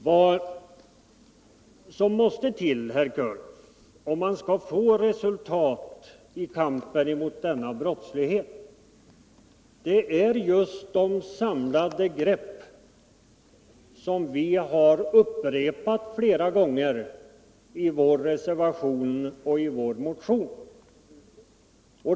Vad som måste till, herr Körlof, om man skall få resultat i kampen mot denna brottslighet är just de samlade grepp som vi upprepade gånger kräver i vår reservation och i vår motion.